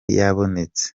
yabonetse